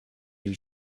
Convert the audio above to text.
you